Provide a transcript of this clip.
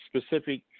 specific